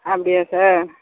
அப்படியா சார்